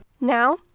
Now